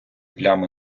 плями